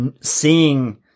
seeing